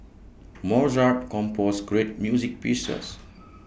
Mozart composed great music pieces